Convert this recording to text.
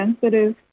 sensitive